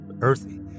earthy